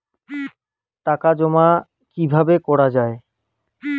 টাকা জমা কিভাবে করা য়ায়?